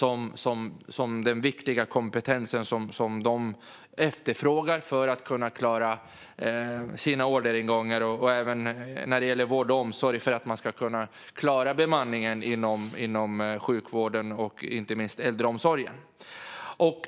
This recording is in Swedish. Det är denna viktiga kompetens som företagarna efterfrågar för att de ska klara sina orderingångar. Det gäller även vård och omsorg, för att man ska klara bemanningen inom sjukvården och inte minst äldreomsorgen.